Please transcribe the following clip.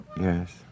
Yes